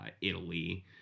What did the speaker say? italy